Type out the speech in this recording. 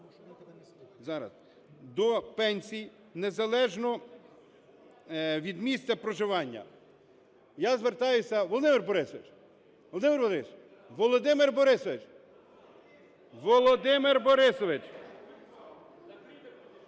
доступ до пенсій, незалежно від місця проживання. Я звертаюся… Володимир Борисович! Володимир Борисович! Володимир Борисович!